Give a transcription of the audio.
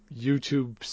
YouTube